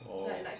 orh